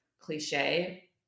cliche